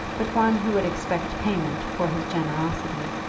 but one who would expect payment for his generosity.